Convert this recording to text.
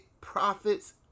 profits